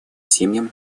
семьям